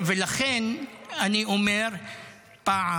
ולכן אני אומר פעם,